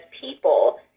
people